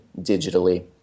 digitally